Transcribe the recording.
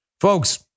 Folks